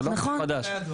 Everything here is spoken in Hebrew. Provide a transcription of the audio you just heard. זה לא משהו חדש.